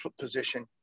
position